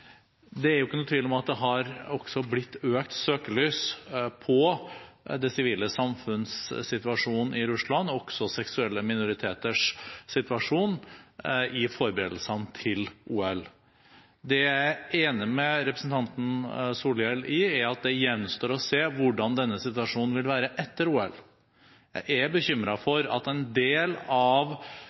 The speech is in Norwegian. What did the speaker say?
Det er ikke noen tvil om at det har blitt satt mer søkelys på det sivile samfunns situasjon i Russland, og også på seksuelle minoriteters situasjon, under forberedelsene til OL. Det jeg er enig med representanten Solhjell i, er at det gjenstår å se hvordan denne situasjonen vil være etter OL. Jeg er bekymret for at en del av